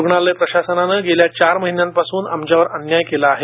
रुग्णालय प्रशासन गेल्या चार महिन्यांपासून आमच्यावर अन्याय करत आहे